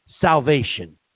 salvation